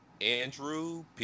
Andrew